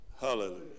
Hallelujah